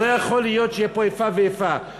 לא יכול להיות שיהיה פה איפה ואיפה.